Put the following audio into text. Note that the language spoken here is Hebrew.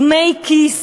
דמי כיס